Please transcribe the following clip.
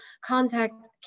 contact